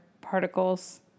particles